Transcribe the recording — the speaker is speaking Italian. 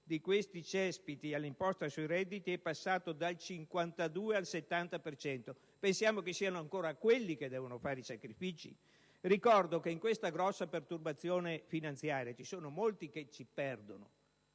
di questi cespiti all'imposta sui redditi è passato dal 52 al 70 per cento: pensiamo che siano ancora quelli che devono fare i sacrifici? Ricordo che in questa grossa perturbazione finanziaria ci sono molti che ci perdono